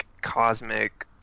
cosmic